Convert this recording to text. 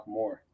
more